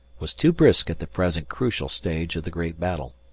was too brisk at the present crucial stage of the great battle.